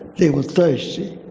they were thirsty.